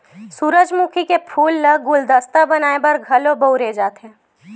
सूरजमुखी के फूल ल गुलदस्ता बनाय बर घलो बउरे जाथे